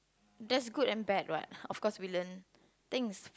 there's good and bad what of course we learn things